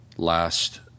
last